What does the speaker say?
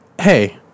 hey